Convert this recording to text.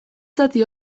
zati